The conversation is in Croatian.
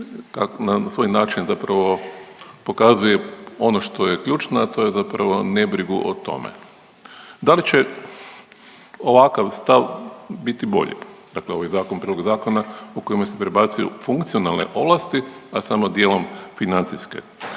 na svoj način zapravo pokazuje ono što je ključno, a to je zapravo nebrigu o tome. Da li će ovakav stav biti bolji? Dakle ovo je zakon, prijedlog zakona u kojem se prebacuju funkcionalne ovlasti, a samo dijelom financijske.